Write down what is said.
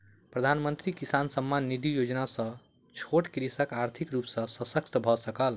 प्रधानमंत्री किसान सम्मान निधि योजना सॅ छोट कृषक आर्थिक रूप सॅ शशक्त भअ सकल